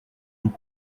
loup